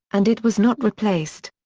and it was not replaced.